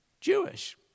Jewish